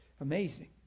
amazing